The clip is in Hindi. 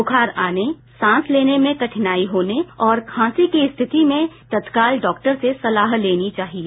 बुखार आने सांस लेने में कठिनाई होने और खांसी की स्थिति में तत्काल डॉक्टर से सलाह लेनी चाहिए